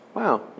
Wow